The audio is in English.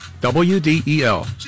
WDEL